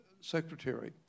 secretary